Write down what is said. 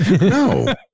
No